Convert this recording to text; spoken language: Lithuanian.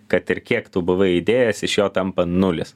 kad ir kiek tu buvai įdėjęs iš jo tampa nulis